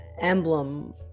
emblem